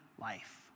life